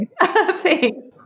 Thanks